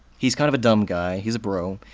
he's kind of a dumb guy, he's a bro.